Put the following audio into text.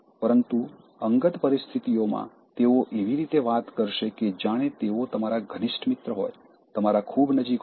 પરંતુ અંગત પરિસ્થિતિઓમાં તેઓ એવી રીતે વાત કરશે કે જાણે તેઓ તમારા ઘનિષ્ઠ મિત્ર હોય તમારી ખૂબ નજીક હોય